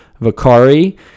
vakari